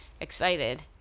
excited